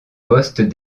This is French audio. postes